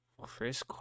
Chris